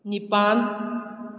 ꯅꯤꯄꯥꯜ